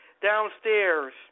downstairs